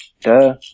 Duh